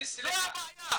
זו הבעיה.